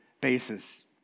basis